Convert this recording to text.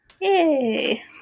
Yay